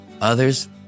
Others